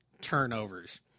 turnovers